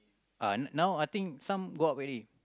uh now I think some go up already